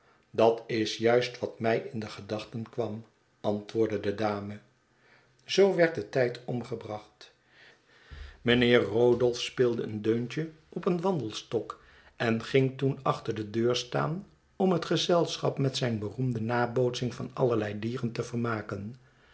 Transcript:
dat is juist wat mij in de gedachten kwam antwoordde de dame zoo werd de tijd omgebracht mijnheer rodolph speelde een deuntje op een wandelstok en ging toen achter de deur staan om het gezelschap met zijne beroemde nabootsing van allerlei dieren te vermaken